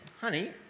honey